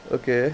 okay